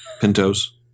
Pintos